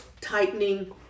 tightening